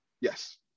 Yes